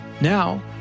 Now